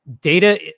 data